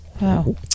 Wow